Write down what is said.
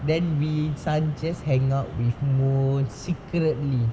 then we sun just hang out with moon secretly